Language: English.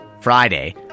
Friday